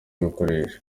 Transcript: gukoresha